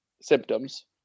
symptoms